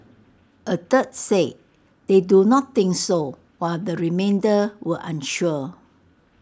A third said they do not think so while the remainder were unsure